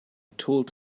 told